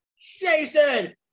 jason